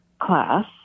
class